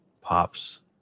pops